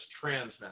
trans